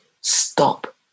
stop